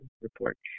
report